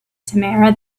tamara